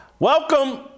Welcome